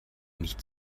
nicht